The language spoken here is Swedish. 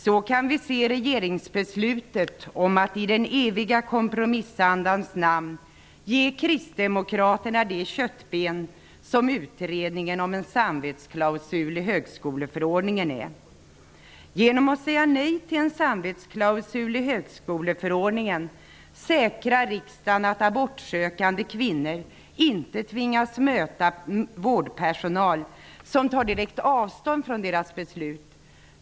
Så kan vi se regeringsbeslutet om att i den eviga kompromissandans namn ge kristdemokraterna det köttben som utredningen om en samvetsklausul i högskoleförordningen är. Genom att säga nej till en samvetsklausul i högskoleförordningen säkrar riksdagen att abortsökande kvinnor inte tvingas möta vårdpersonal som tar direkt avstånd från deras beslut.